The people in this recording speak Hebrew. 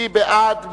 מי בעד?